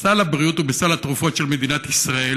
בסל הבריאות ובסל התרופות של מדינת ישראל